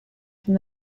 from